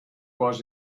was